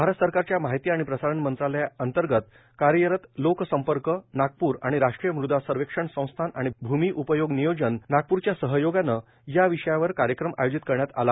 भारत सरकारच्या माहिती आणि प्रसारण मंत्रालया अन्तर्गत कार्यरत लोक संपर्क ब्युरो नागप्र आणि राष्ट्रीय मृदा सर्वेक्षण संस्थान आणि भूमि उपयोग नियोजन अमरावती रोड नागप्रच्या सहयोगानं या विषयावर कार्यक्रम आयोजित करण्यात आला